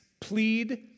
plead